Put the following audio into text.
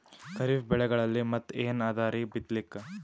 ಖರೀಫ್ ಬೆಳೆಗಳಲ್ಲಿ ಮತ್ ಏನ್ ಅದರೀ ಬಿತ್ತಲಿಕ್?